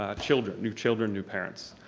ah children, new children, new parents.